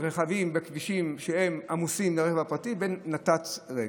רכבים בכבישים שעמוסים ברכבים פרטיים לבין נת"צ ריק.